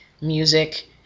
music